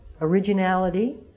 originality